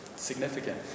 Significant